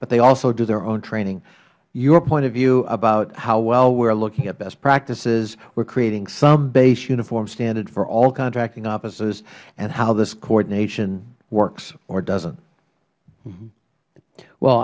but they also do their own training your point of view about how well we are looking at best practices we are creating some base uniform standard for all contracting officers and how this coordination works or does